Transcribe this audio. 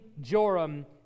Joram